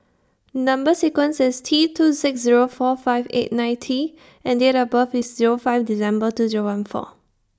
Number sequence IS T two six Zero four five eight nine T and Date of birth IS Zero five December two Zero one four